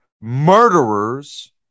murderers